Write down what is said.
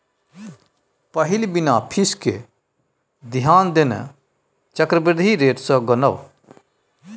पहिल बिना फीस केँ ध्यान देने चक्रबृद्धि रेट सँ गनब